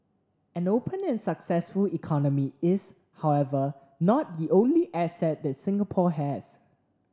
an open and successful economy is however not the only asset that Singapore has